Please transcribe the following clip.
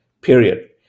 period